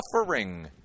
suffering